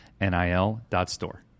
NIL.Store